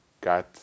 got